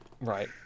Right